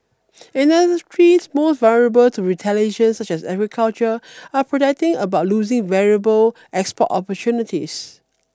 and industries most vulnerable to retaliation such as agriculture are protesting about losing valuable export opportunities